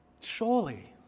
Surely